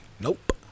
Nope